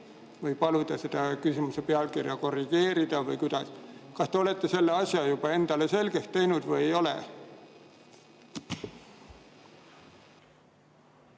või paluda seda küsimuse pealkirja korrigeerida? Kas te olete selle asja juba endale selgeks teinud või ei ole?